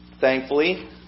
thankfully